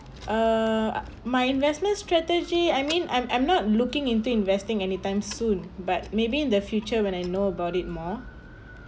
err my investment strategy I mean I'm I'm not looking into investing anytime soon but maybe in the future when I know about it more